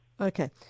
Okay